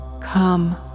come